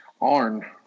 Arn